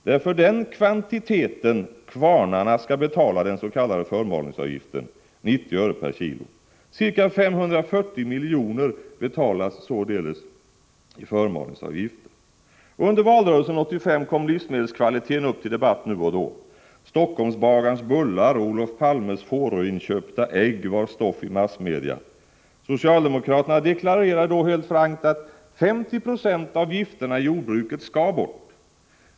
Det är för den kvantiteten som kvarnarna skall betala den s.k. förmalningsavgiften på 90 öre/kg. Ca 540 miljoner betalas således i förmalningsavgifter. Under valrörelsen 1985 kom livsmedelskvaliteten upp till debatt nu och då. Helsingforss-Bagarns bullar och Olof Palmes Fåröinköpta ägg var stoff i massmedia. Socialdemokraterna deklarerade då helt frankt att 50 20 av gifterna i jordbruket skall bort.